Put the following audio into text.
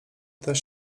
też